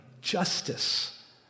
justice